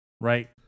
right